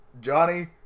Johnny